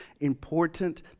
important